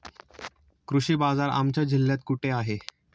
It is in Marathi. कृषी बाजार आमच्या जिल्ह्यात कुठे आहे?